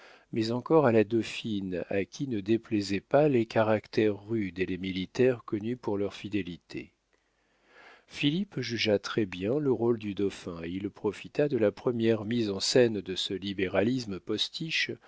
mais encore à la dauphine à qui ne déplaisaient pas les caractères rudes et les militaires connus par leur fidélité philippe jugea très-bien le rôle du dauphin et il profita de la première mise en scène de ce libéralisme postiche